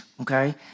okay